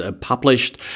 published